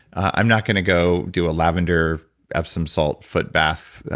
i'm not going to go do a lavender epsom salt foot bath,